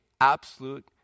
absolute